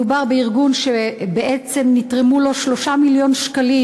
מדובר בארגון שנתרמו לו 3 מיליון שקלים